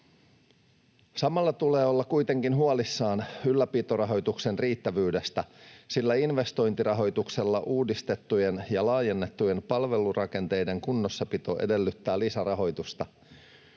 Samalla tulee olla kuitenkin huolissaan ylläpitorahoituksen riittävyydestä, sillä investointirahoituksella uudistettujen ja laajennettujen palvelurakenteiden kunnossapito edellyttää lisärahoitusta.